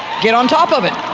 get on top of it,